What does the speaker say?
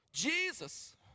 Jesus